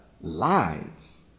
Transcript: lies